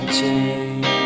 change